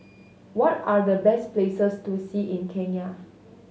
what are the best places to see in Kenya